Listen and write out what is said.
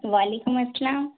وعلیکم السلام